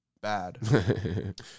bad